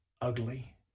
ugly